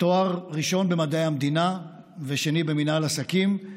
תואר ראשון במדעי המדינה ושני במינהל עסקים.